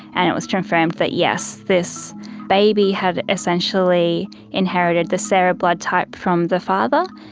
and it was confirmed that, yes, this baby had essentially inherited the sarah blood type from the father,